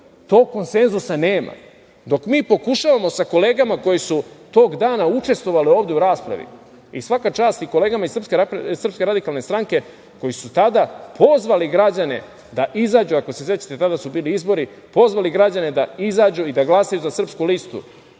tog konsenzusa nema, dok mi pokušavamo sa kolegama koje su tog dana učestvovale ove u raspravi i svaka čast i kolegama iz SRS koji su tada pozvali građane, ako se sećate, tada su bili izbori, pozvali građane da izađu i da glasaju za „Srpsku listu“.